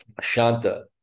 shanta